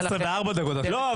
12:04. לא,